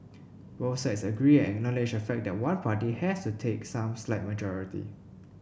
both sides agree and acknowledge the fact that one party has to take some slight majority